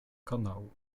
kanału